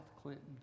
Clinton